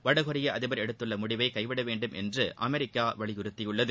வடகொரிய அதிபர் எடுத்துள்ள முடிவை கைவிடவேண்டும் என்று அமெரிக்கா வலியுறுத்தியுள்ளது